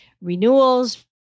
renewals